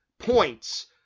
points